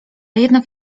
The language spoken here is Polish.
jednak